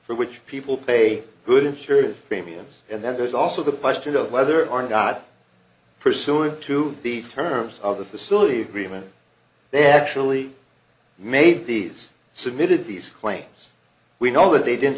for which people pay good insurance premiums and then there's also the question of whether or not pursuing to be terms of the facility agreement then actually made these submitted these claims we know that they didn't